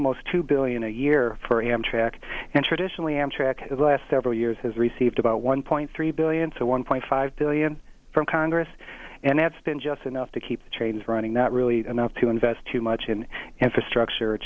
almost two billion a year for amtrak and traditionally amtrak the last several years has received about one point three billion so one point five billion from congress and that's been just enough to keep the trains running not really enough to invest too much in infrastructure